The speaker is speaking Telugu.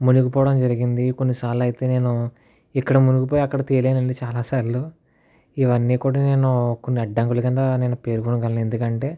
మునిగిపోవడం జరిగింది కొన్నిసార్లు అయితే నేను ఇక్కడ మునిగిపోయి అక్కడ తేలనండి చాలా సార్లు ఇవన్నీ కూడా నేను కొన్ని అడ్డంకులు కింద నేను పేరుకొనగలను ఎందుకంటే